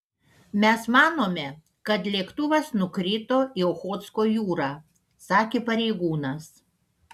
mes manome kad lėktuvas nukrito į ochotsko jūrą sakė pareigūnas